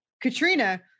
Katrina